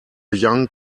young